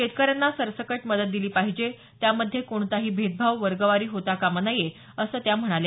शेतकऱ्यांना सरसकट मदत दिली पाहिजे त्यामध्ये कोणताही भेदभाव वर्गवारी होता कामा नये असं त्या म्हणाल्या